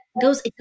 goes